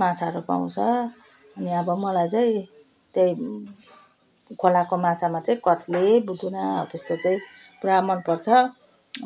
माछाहरू पाउँछ अनि अब मलाई चाहिँ त्यही खोलाको माछामा चाहिँ कत्ले बुदुना हौ त्यस्तो चाहिँ पुरा मनपर्छ